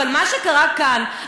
אבל מה שקרה כאן,